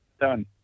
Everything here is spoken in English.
Done